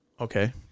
Okay